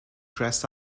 dress